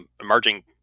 emerging